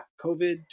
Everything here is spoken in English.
COVID